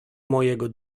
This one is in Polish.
mojego